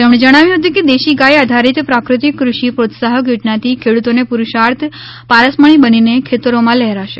તેમણે જણાવ્યું હતું કે દેશી ગાય આધારિત પ્રાકૃતિક કૃષિ પ્રોત્સાહક યોજનાથી ખેડૂતોનો પુડુષાર્થ પારસમણી બનીને ખેતરોમાં લહેરાશે